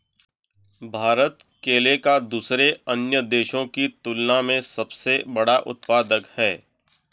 भारत केले का दूसरे अन्य देशों की तुलना में सबसे बड़ा उत्पादक है